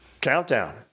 Countdown